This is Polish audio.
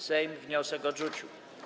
Sejm wniosek odrzucił.